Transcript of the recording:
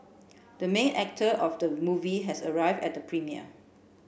the main actor of the movie has arrive at the premiere